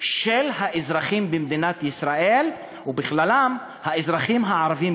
של האזרחים במדינת ישראל ובכללם האזרחים הערבים,